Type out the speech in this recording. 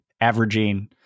averaging –